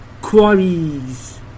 Quarries